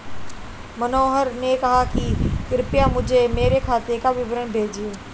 मनोहर ने कहा कि कृपया मुझें मेरे खाते का विवरण भेजिए